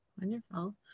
Wonderful